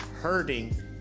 hurting